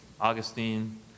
Augustine